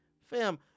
fam